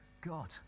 God